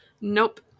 Nope